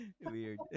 Weird